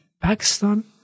Pakistan